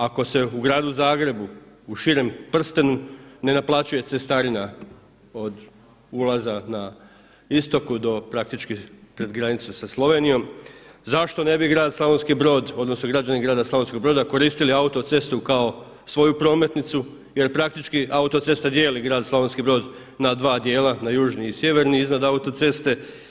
Ako se u gradu Zagrebu u širem prstenu ne naplaćuje cestarina od ulaza na istoku do praktički pred granicu sa Slovenijom, zašto ne bi grad Slavonski Brod, odnosno građani grada Slavonskog Broda koristili autocestu kao svoju prometnicu jer praktički autocesta dijeli grad Slavonski Brod na dva dijela, na južni i sjeverni iznad autoceste.